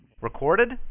Recorded